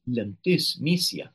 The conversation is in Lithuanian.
lemtis misija